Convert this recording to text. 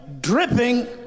dripping